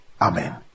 Amen